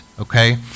okay